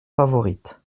favorite